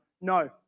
no